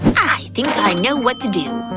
i think i know what to do!